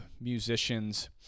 musicians